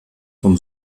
vom